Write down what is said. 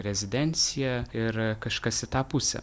rezidencija ir kažkas į tą pusę